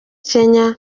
kenya